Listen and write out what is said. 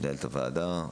מנהלת הוועדה,